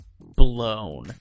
blown